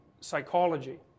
psychology